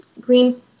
green